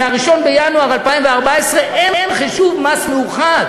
מ-1 בינואר 2014 אין חישוב מס מאוחד: